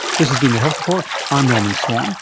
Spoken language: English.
this has been the health report. i'm norman swan